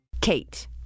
KATE